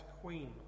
queen